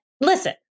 listen